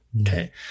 Okay